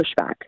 pushback